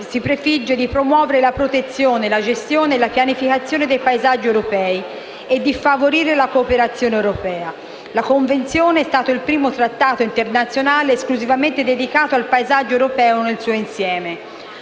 si prefigge di promuovere la protezione, la gestione e la pianificazione dei paesaggi europei e di favorire la cooperazione europea. La Convenzione è stata il primo trattato internazionale esclusivamente dedicato al paesaggio europeo nel suo insieme.